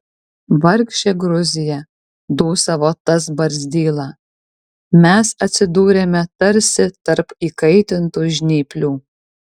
vargšė gruzija dūsavo tas barzdyla mes atsidūrėme tarsi tarp įkaitintų žnyplių